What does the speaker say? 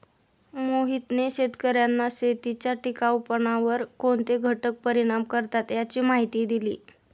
मोहितने शेतकर्यांना शेतीच्या टिकाऊपणावर कोणते घटक परिणाम करतात याची माहिती दिली